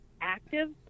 active